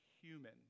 human